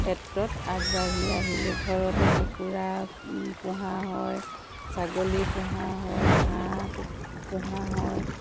ক্ষেত্ৰত আগবাঢ়ি আহিলোঁ ঘৰতে কুকুৰা পোহা হয় ছাগলী পোহা হয় হাঁহ পোহা হয়